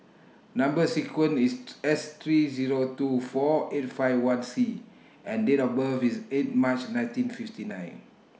Number sequence IS S three Zero two four eight five one C and Date of birth IS eight March nineteen fifty nine